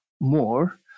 more